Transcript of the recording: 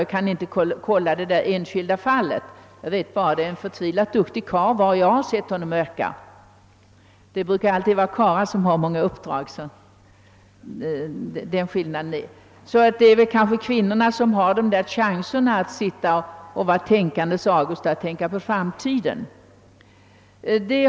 Jag kan inte kolla hur det är i det enskilda fallet; jag vet bara att det rör sig om en förtvivlat duktig karl — det brukar alltid vara karlar som har många uppdrag, så det är väl kanske kvinnorna som har möjligheten att bli tänkande Augustar och fundera över framtiden.